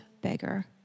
beggar